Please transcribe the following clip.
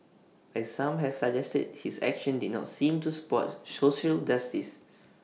but some have suggested his actions did not seem to support social justice